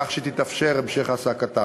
כך שיתאפשר המשך העסקתם.